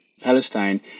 Palestine